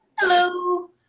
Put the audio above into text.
Hello